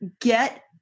get